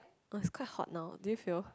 oh it's quite hot now do you feel